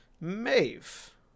Mave